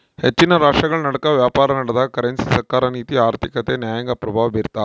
ಹೆಚ್ಚಿನ ರಾಷ್ಟ್ರಗಳನಡುಕ ವ್ಯಾಪಾರನಡೆದಾಗ ಕರೆನ್ಸಿ ಸರ್ಕಾರ ನೀತಿ ಆರ್ಥಿಕತೆ ನ್ಯಾಯಾಂಗ ಪ್ರಭಾವ ಬೀರ್ತವ